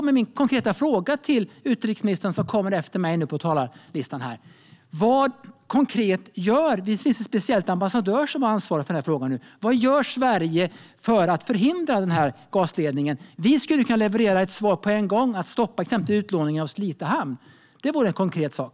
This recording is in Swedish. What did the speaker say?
Min konkreta fråga till utrikesministern, som kommer efter mig på talarlistan, är: Det finns en speciell ambassadör som har ansvaret för denna fråga nu, så vad gör Sverige för att förhindra gasledningen? Vi skulle kunna leverera ett svar på en gång genom att till exempel stoppa utlåningen av Slite hamn. Det vore en konkret sak.